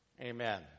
amen